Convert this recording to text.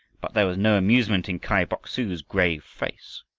but there was no amusement in kai bok-su's grave face.